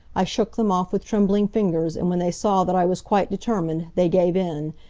i shook them off with trembling fingers and when they saw that i was quite determined they gave in,